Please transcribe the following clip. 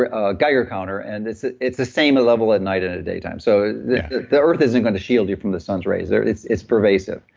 ah a geiger counter and it's it's the same level at night and a day time. so the the earth isn't going to shield you from the sun's rays there, it's it's pervasive.